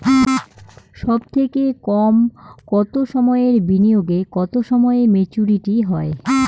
সবথেকে কম কতো সময়ের বিনিয়োগে কতো সময়ে মেচুরিটি হয়?